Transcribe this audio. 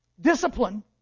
discipline